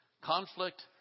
Conflict